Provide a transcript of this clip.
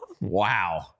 Wow